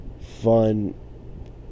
fun